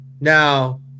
Now